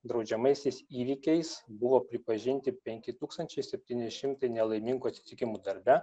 draudžiamaisiais įvykiais buvo pripažinti penki tūkstančiai septyni šimtai nelaimingų atsitikimų darbe